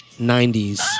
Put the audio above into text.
90s